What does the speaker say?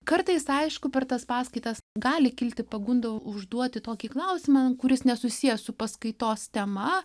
kartais aišku per tas paskaitas gali kilti pagunda užduoti tokį klausimą kuris nesusijęs su paskaitos tema